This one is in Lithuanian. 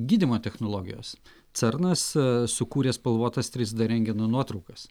gydymo technologijos cernas sukūrė spalvotas trys d rentgeno nuotraukas